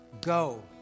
Go